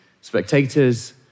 spectators